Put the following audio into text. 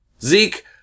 Zeke